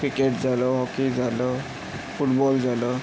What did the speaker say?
cricket झालं hockey झालं football झालं